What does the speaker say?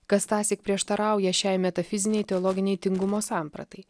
kas tąsyk prieštarauja šiai metafizinei teologinei tingumo sampratai